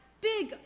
big